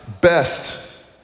best